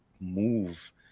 move